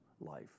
life